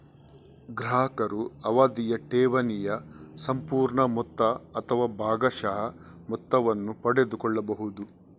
ಗ್ರಾಹಕರು ಅವಧಿಯ ಠೇವಣಿಯ ಸಂಪೂರ್ಣ ಮೊತ್ತ ಅಥವಾ ಭಾಗಶಃ ಮೊತ್ತವನ್ನು ಪಡೆದುಕೊಳ್ಳಬಹುದು